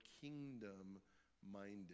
kingdom-minded